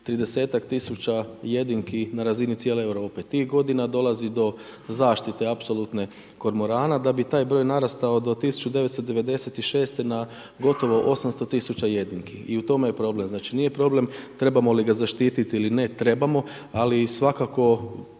tisuća jedinki na razini cijele Europe. Tih godina dolazi do zaštite, apsolutne, kormorana da bi taj broj narastao do 1996. na gotovo 800 000 jedinki. I u tome je problem. Znači nije problem trebamo li ga zaštiti ili ne. Trebamo, ali svakako